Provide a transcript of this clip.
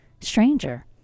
stranger